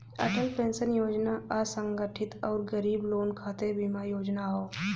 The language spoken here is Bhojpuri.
अटल पेंशन योजना असंगठित आउर गरीब लोगन खातिर बीमा योजना हौ